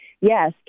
Yes